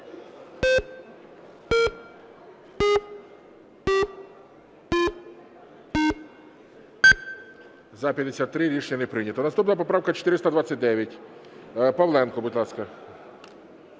За-53 Рішення не прийнято. Наступна поправка 429. Павленко, будь ласка.